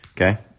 okay